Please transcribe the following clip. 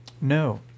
No